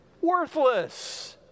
worthless